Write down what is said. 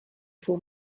for